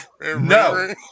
No